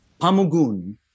Pamugun